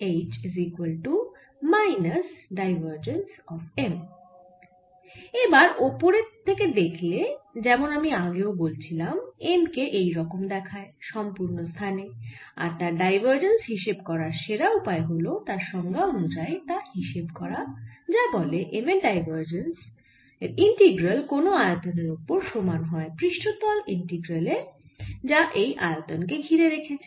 এবার ওপর থেকে দেখলে যেমন আমি আগেও বলছিলাম M কে এই রকম দেখা যায় সম্পুর্ণ স্থানে আর তার ডাইভারজেন্স হিসেব করার সেরা উপায় হল তার সংজ্ঞা অনুযায়ী তা হিসেব করা যা বলে M এর ডাইভারজেন্স এর ইন্টিগ্রাল কোন আয়তনের ওপর সমান হয় পৃষ্ঠতল ইন্টিগ্রালের যা এই আয়তন কে ঘিরে রেখেছে